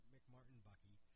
McMartin-Bucky